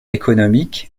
économique